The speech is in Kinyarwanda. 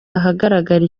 ahagaragara